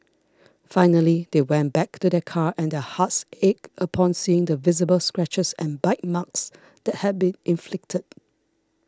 finally they went back to their car and their hearts ached upon seeing the visible scratches and bite marks that had been inflicted